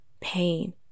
pain